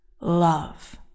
love